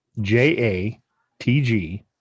J-A-T-G